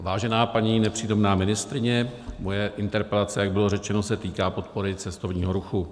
Vážená nepřítomná paní ministryně, moje interpelace, jak bylo řečeno, se týká podpory cestovního ruchu.